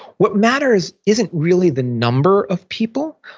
what matters isn't really the number of people.